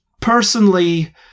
personally